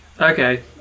Okay